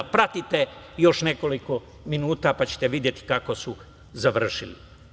Pratite još nekoliko minuta, pa ćete videti kako su završili.